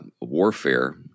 warfare